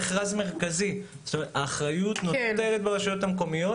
לרוב הרשויות קשה להן לתחזק קווי חיץ.